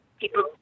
people